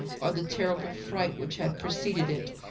or the terrible fright which had preceded it,